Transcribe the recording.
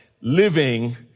living